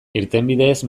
irtenbideez